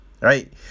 Right